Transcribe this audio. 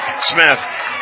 Smith